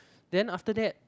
then after that